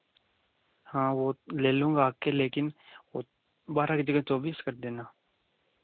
हाँ वह ले लूँगा आकर लेकिन वह बारह के जगह चौबीस कर देना